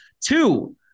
Two